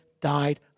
died